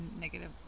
negative